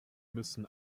müssen